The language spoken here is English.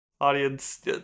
audience